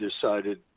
decided